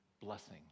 blessing